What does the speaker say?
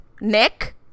Nick